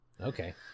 Okay